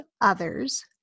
others